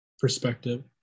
perspective